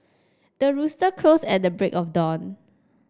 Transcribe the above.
the rooster crows at the break of dawn